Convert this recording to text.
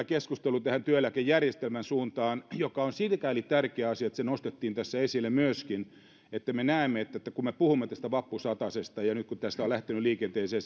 keskustelu nyt siirtyi tämän työeläkejärjestelmän suuntaan ja on sikäli tärkeää että myöskin se nostettiin tässä esille jotta me näemme että kun me puhumme tästä vappusatasesta josta on nyt lähtenyt liikenteeseen